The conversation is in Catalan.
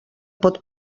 pot